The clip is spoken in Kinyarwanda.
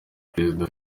perezida